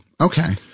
Okay